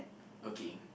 okay